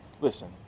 listen